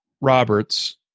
Roberts